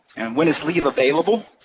and when is leave available?